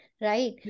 right